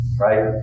right